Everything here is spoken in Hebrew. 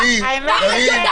הכול.